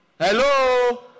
Hello